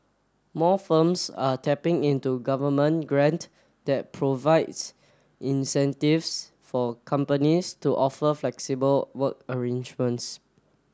more firms are tapping into government grant that provides incentives for companies to offer flexible work arrangements